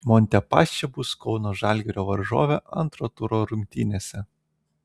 montepaschi bus kauno žalgirio varžovė antro turo rungtynėse